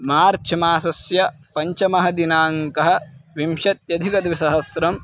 मार्च् मासस्य पञ्चमः दिनाङ्कः विंशत्यधिकद्विसहस्रं